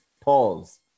pause